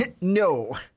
No